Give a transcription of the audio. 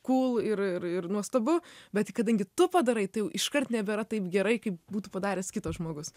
kūl ir ir ir nuostabu bet kadangi tu padarai tai jau iškart nebėra taip gerai kaip būtų padaręs kitas žmogus